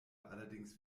allerdings